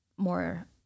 more